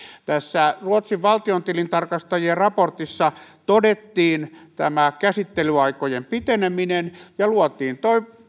ruotsin valtiontilintarkastajien raportissa todettiin tämä käsittelyaikojen piteneminen ja luotiin